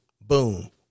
Boom